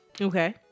Okay